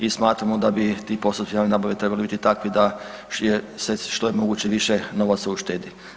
I smatramo da bi ti postupci javne nabave trebali takvi da se što je moguće više novaca uštedi.